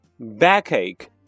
backache